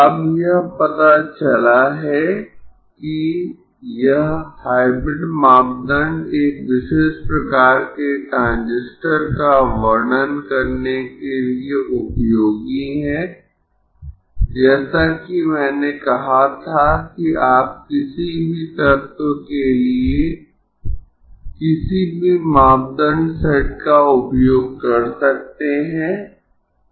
अब यह पता चला है कि यह हाइब्रिड मापदंड एक विशेष प्रकार के ट्रांजिस्टर का वर्णन करने के लिए उपयोगी हैं जैसा कि मैंने कहा था कि आप किसी भी तत्व के लिए किसी भी मापदंड सेट का उपयोग कर सकते है